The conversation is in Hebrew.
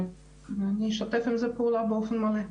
אני אשתף עם זה פעולה באופן מלא.